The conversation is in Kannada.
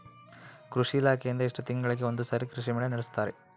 ಕೃಷಿ ಇಲಾಖೆಯಿಂದ ಎಷ್ಟು ತಿಂಗಳಿಗೆ ಒಂದುಸಾರಿ ಕೃಷಿ ಮೇಳ ನಡೆಸುತ್ತಾರೆ?